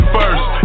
first